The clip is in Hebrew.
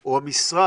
או המשרד?